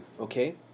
Okay